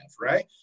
right